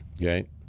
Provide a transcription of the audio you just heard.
Okay